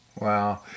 Wow